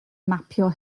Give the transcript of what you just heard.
mapio